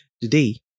Today